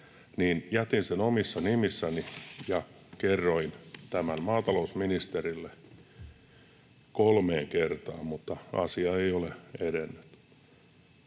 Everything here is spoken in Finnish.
jätin sen omissa nimissäni ja kerroin tämän maatalousministerille kolmeen kertaan, mutta asia ei ole edennyt.